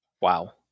wow